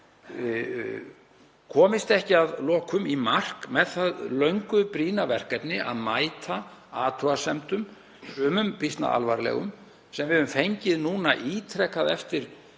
herðar, komist ekki að lokum í mark með það löngu brýna verkefni að mæta athugasemdum, sumum býsna alvarlegum, sem við höfum fengið núna ítrekað eftir